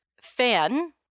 fan